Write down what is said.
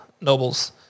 nobles